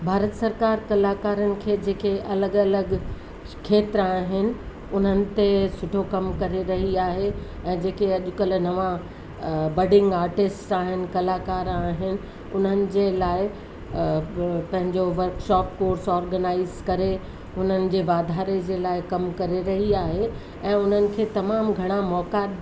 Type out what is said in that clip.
भारत सरकार कलाकारनि खे जंहिंखे अलॻि अलॻि खेत्र आहिनि उन्हनि ते सुठो कमु करे रही आहे ऐं जेके अॼु कल्ह नवां बडिंग आर्टिस्ट कलाकर आहिनि उन्हनि जे लाइ पंहिंजो वर्कशॉप कोर्स ऑर्गनाइज़ करे हुननि जे वाधारे जे लाइ कमु करे रही आहे ऐं हुननि खे तमामु घणा मौक़ा